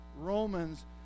Romans